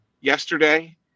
yesterday